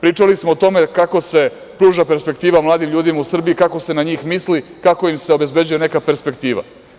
Pričali smo o tome kako se pruža perspektiva mladim ljudima u Srbiji i kako se na njih misli, kako im se obezbeđuje neka perspektiva.